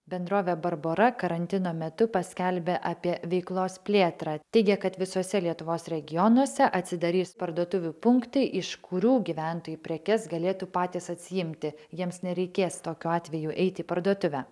bendrovė barbora karantino metu paskelbė apie veiklos plėtrą teigia kad visose lietuvos regionuose atsidarys parduotuvių punktai iš kurių gyventojai prekes galėtų patys atsiimti jiems nereikės tokiu atveju eiti į parduotuvę